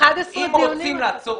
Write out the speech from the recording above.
11 דיונים היו.